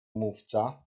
mówca